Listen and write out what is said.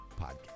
podcast